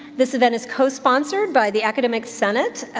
this event is co-sponsored by the academic senate,